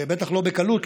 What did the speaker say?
בטח לא בקלות,